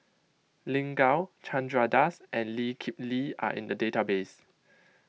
Lin Gao Chandra Das and Lee Kip Lee are in the database